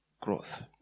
growth